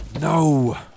No